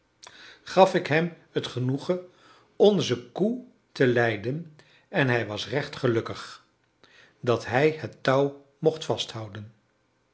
gekregen gaf ik hem het genoegen onze koe te leiden en hij was recht gelukkig dat hij het touw mocht vasthouden